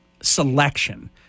selection